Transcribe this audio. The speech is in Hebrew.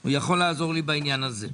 הוא יכול לעזור לי בעניין הזה.